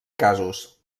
casos